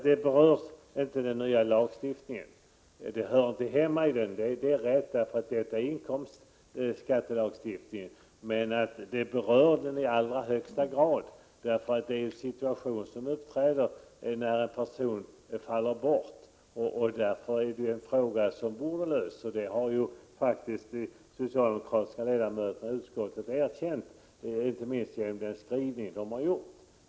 Det är korrekt att dessa företeelser inte hör hemma där, eftersom de innefattas i inkomstskattelagstiftningen, men de berör lagstiftningen i allra högsta grad, eftersom det är fråga om en situation som uppträder när en person går bort. Problemet borde därför ha lösts. De socialdemokratiska ledamöterna i utskottet har faktiskt erkänt det, inte minst genom sin skrivning.